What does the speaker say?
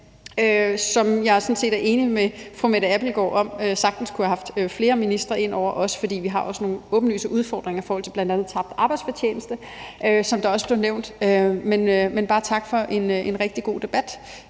set er enig med fru Mette Abildgaard i sagtens kunne have haft flere ministre ind over, for vi har nogle åbenlyse udfordringer i forhold til bl.a. tabt arbejdsfortjeneste, som også blev nævnt. Men jeg vil bare sige tak for en rigtig god debat.